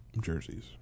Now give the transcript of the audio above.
jerseys